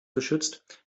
geschützt